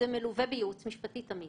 זה תמיד מלווה בייעוץ משפטי.